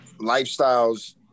lifestyles